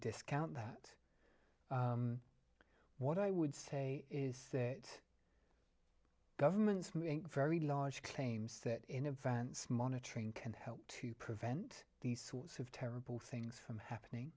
discount that what i would say is that governments may think very large claims that in advance monitoring can help to prevent these sorts of terrible things from happening